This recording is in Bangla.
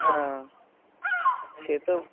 হ্যাঁ সে তো